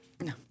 No